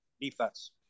defense